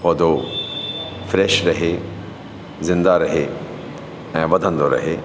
पौधो फ्रेश रहे ज़िंदा रहे ऐं वधंदो रहे